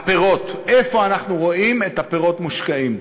הפירות, איפה אנחנו רואים את הפירות מושקעים.